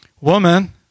Woman